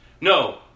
No